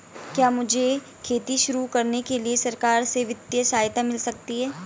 क्या मुझे खेती शुरू करने के लिए सरकार से वित्तीय सहायता मिल सकती है?